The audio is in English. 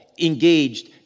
engaged